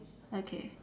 okay